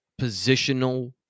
positional